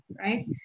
right